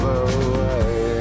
away